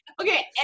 Okay